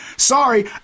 Sorry